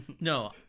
No